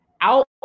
out